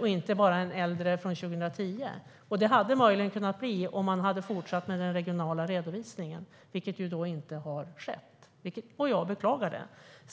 och inte bara en äldre version från 2010. Så hade det kunnat vara om man hade fortsatt med den regionala redovisningen, vilket inte har skett. Jag beklagar det.